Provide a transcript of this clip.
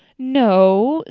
no,